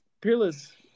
Peerless